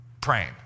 praying